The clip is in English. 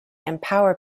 empower